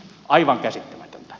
aivan käsittämätöntä